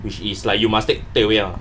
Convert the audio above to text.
which is like you must takeaway ah